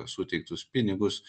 suteiktus pinigus